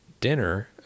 dinner